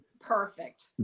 perfect